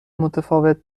متفاوت